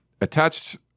Attached